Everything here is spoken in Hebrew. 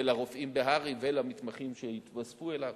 לרופאים בהר"י ולמתמחים שהתווספו אליו.